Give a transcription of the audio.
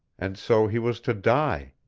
and so he was to die!